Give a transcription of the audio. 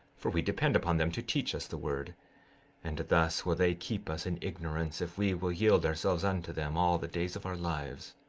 for we depend upon them to teach us the word and thus will they keep us in ignorance if we will yield ourselves unto them, all the days of our lives.